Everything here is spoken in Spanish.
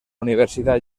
universidad